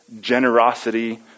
generosity